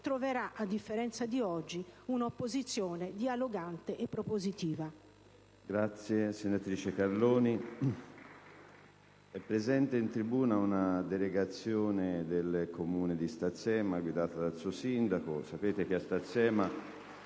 troverà, a differenza di oggi, una opposizione dialogante e propositiva.